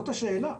זאת השאלה.